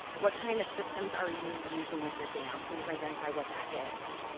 what kind of systems are you using with your dam? please identify what that is.